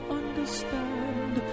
understand